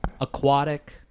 aquatic